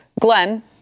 Glenn